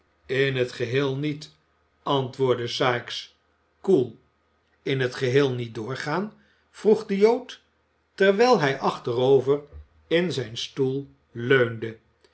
in het geheel niet antwoordde sikes koel in het geheel niet doorgaan vroeg de jood terwijl hij achterover in zijn stoel leunde